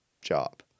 job